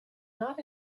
not